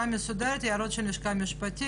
מסודרת ואת ההערות של הלשכה המשפטית.